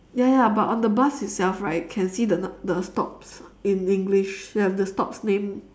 ya ya but on the bus itself right can see the nu~ the stops in english they have the stop's name